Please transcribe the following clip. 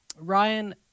Ryan